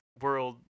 world